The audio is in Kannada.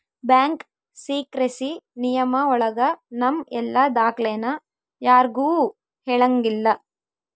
ಬ್ಯಾಂಕ್ ಸೀಕ್ರೆಸಿ ನಿಯಮ ಒಳಗ ನಮ್ ಎಲ್ಲ ದಾಖ್ಲೆನ ಯಾರ್ಗೂ ಹೇಳಂಗಿಲ್ಲ